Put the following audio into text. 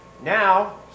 now